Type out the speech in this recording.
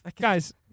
Guys